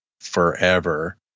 forever